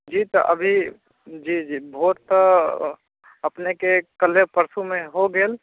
जी तऽ अभी जी जी वोट तऽ अपनेके कल्हे परसूमे हो गेल